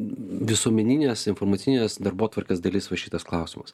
visuomeninės informacinės darbotvarkės dalis va šitas klausimas